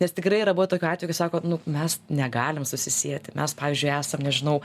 nes tikrai yra buvę tokių atvejų kai sako nu mes negalim susisieti mes pavyzdžiui esam nežinau